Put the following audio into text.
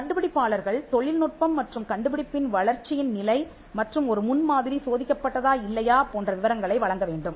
கண்டுபிடிப்பாளர்கள் தொழில்நுட்பம் மற்றும் கண்டுபிடிப்பின் வளர்ச்சியின் நிலை மற்றும் ஒரு முன்மாதிரி சோதிக்கப்பட்டதா இல்லையா போன்ற விவரங்களை வழங்க வேண்டும்